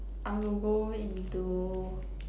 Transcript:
I will go into